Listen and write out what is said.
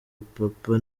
papa